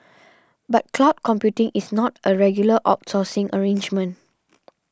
but cloud computing is not a regular outsourcing arrangement